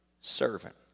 servant